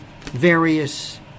various